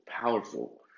powerful